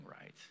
right